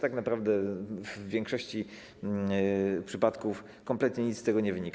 Tak naprawdę w większości przypadków kompletnie nic z tego nie wynika.